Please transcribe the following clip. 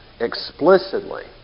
Explicitly